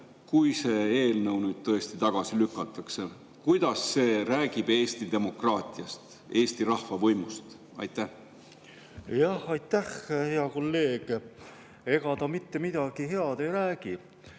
Kui see eelnõu tagasi lükatakse, mida see räägib Eesti demokraatiast, Eesti rahvavõimust? Aitäh, hea kolleeg! Ega ta mitte midagi head ei räägi.